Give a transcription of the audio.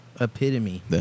epitome